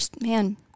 Man